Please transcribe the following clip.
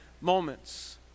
moments